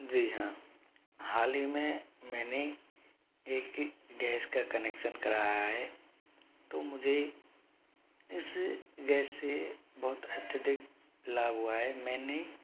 जी हाँ हाल ही में मैंने एक ही गैस का कनेक्शन कराया है तो मुझे इस गैस से बहुत अत्यधिक लाभ हुआ है मैंने